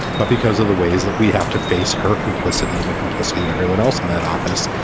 but because of the ways that we have to face her complicity in the complicity of everyone else in that office,